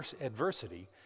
adversity